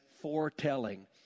foretelling